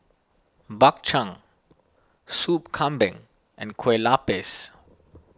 Bak Chang Sop Kambing and Kueh Lopes